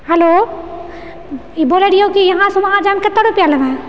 hello ई बोलै रहियौ कि इहाँसे उहाँ जाइमे कते रुपआ लेबए